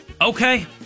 Okay